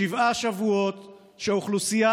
שבעה שבועות שמנהלים